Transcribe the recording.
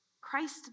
Christ